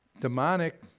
Demonic